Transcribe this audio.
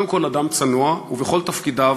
קודם כול אדם צנוע, ובכל תפקידיו,